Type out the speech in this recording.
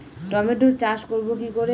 টমেটোর চাষ করব কি করে?